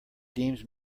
deems